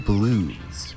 Blues